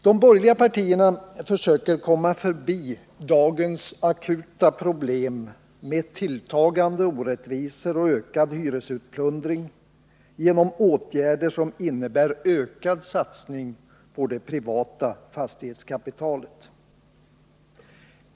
De borgerliga partierna försöker komma förbi dagens akuta problem med tilltagande orättvisor och ökad hyresplundring genom åtgärder som innebär ökad satsning på det privata fastighetskapitalet.